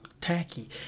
tacky